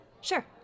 Sure